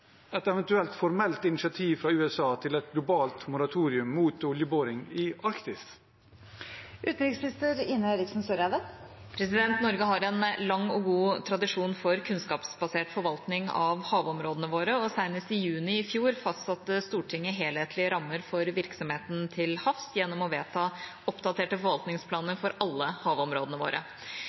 et eventuelt formelt initiativ fra USA til et globalt moratorium mot oljeboring i Arktis?» Norge har en lang og god tradisjon for kunnskapsbasert forvaltning av havområdene våre, og senest i juni i fjor fastsatte Stortinget helhetlige rammer for virksomheten til havs gjennom å vedta oppdaterte forvaltningsplaner for alle havområdene våre.